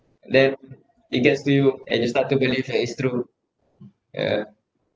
then it gets to you and you start to believe that it's true yeah